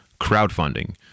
crowdfunding